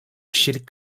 kişilik